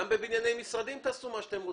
גם בבנייני משרדים תעשו מה שאתם רוצים.